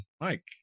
Mike